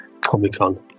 Comic-Con